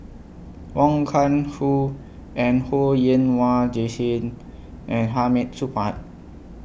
Wong Kah Ho and Ho Yen Wah Jesmine and Hamid Supaat